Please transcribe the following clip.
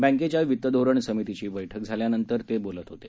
बँकेच्या वित्तधोरण समितीची बैठक झाल्यानंतर ते बोलत होते